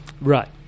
Right